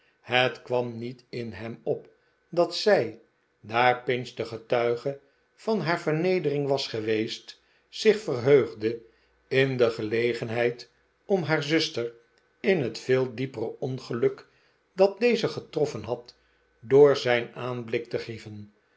het kwam niet in hem op dat zij daar pinch de getuige van haar vernedering was geweest zich verheugde in de gelegenheid om haar zuster in het veel diepere ongeluk dat deze getroffen had door zijn aanblik te grieven